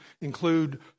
include